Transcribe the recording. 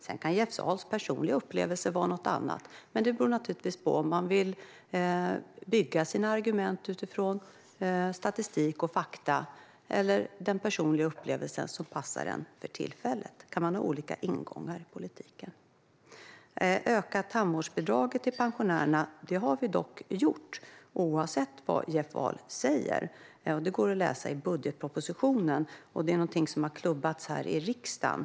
Sedan kan Jeff Ahls personliga upplevelser se ut på ett annat sätt, men det beror naturligtvis på om man vill bygga sina argument utifrån statistik och fakta eller den personliga upplevelse som passar en för tillfället. Man kan ha olika ingångar i politiken. Ett ökat tandvårdsbidrag till pensionärerna har vi dock infört, oavsett vad Jeff Ahl säger. Det står att läsa i budgetpropositionen. Det är något som har klubbats igenom här i riksdagen.